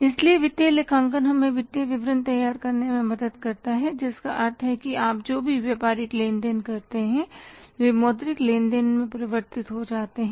इसलिए वित्तीय लेखांकन हमें वित्तीय विवरण तैयार करने में मदद करता है जिसका अर्थ है कि आप जो भी व्यापारिक लेन देन करते हैं वे मौद्रिक लेन देन में परिवर्तित हो जाते हैं